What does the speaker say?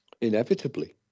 Inevitably